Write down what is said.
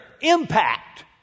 impact